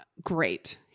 great